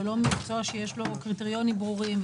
זה לא מקצוע שיש לו קריטריונים ברורים,